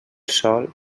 sol